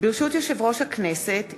ברשות יושב-ראש הכנסת,